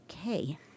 Okay